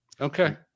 Okay